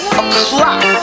o'clock